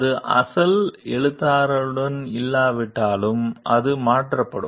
அது அசல் எழுத்தாளருடன் இல்லாவிட்டாலும் அது மாற்றப்படும்